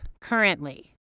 currently